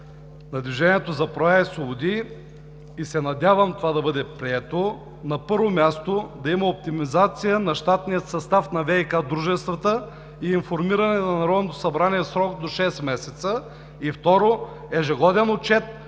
в нашето решение и се надявам това да бъде прието, на първо място, да има оптимизация на щатния състав на ВиК дружествата и информиране на Народното събрание в срок до шест месеца и второ, ежегоден отчет на